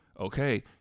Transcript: okay